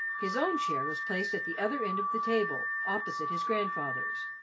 his own chair was placed at the other end of the table, opposite his grandfather's.